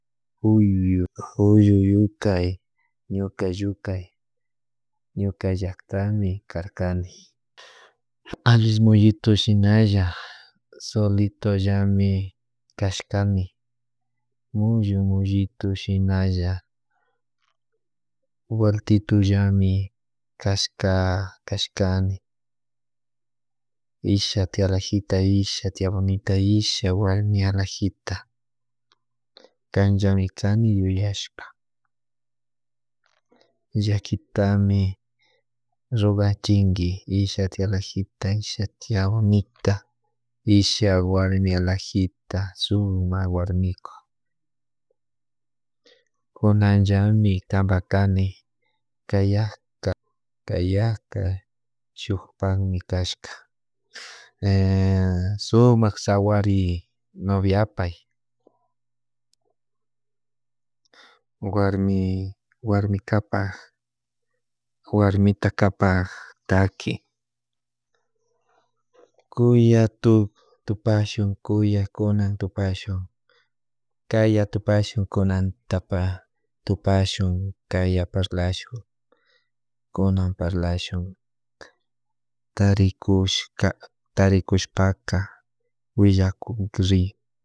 Puyu puyullukay ñuka llukay ñuka llaktami karkani allimuyitu shinalla solito llami kashkani mullu mullito shinalla waktitullami kashka kashkani isha tia alajita, isha tia bonita, isha warmi alajita. Kanllami kani yuyashpa llakitami ruganchinki isha tia alajita, isha tia bonita, isha warmi alajita, sumak warmiku. Kunanllami kampak kani kayakka kayakka shukkanmi kashka sumak sawari noviapay warmi warmi kapak warmita kapak taki kuyak tu tupashun kuyakunan tupashun kayantupashun kunantapak tupashun kaya parlashun kunan parlashun karikushka karikushpaka willaykunri